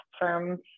firms